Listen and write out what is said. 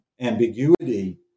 ambiguity